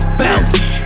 bounce